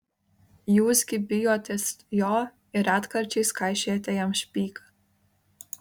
jūs gi bijotės jo ir retkarčiais kaišiojate jam špygą